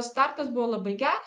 startas buvo labai geras